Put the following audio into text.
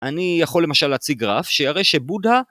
אני יכול למשל להציג רף שיראה שבודהה